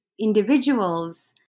individuals